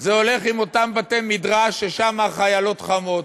זה הולך עם אותם בתי-מדרש ששם החיילות חמות,